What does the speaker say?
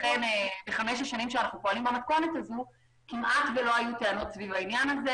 בחמש שנים שאנחנו פועלים במתוכנת הזו כמעט ולא היו טענות סביב העניין,